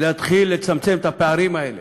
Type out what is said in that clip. להתחיל לצמצם את הפערים האלה.